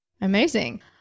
Amazing